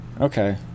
Okay